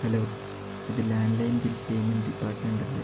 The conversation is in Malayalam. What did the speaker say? ഹലോ ഇത് ലാൻഡ്ലൈൻ ബിൽ പേയ്മെന്റ് ഡിപ്പാർട്ട്മെൻ്റ